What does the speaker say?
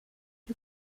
you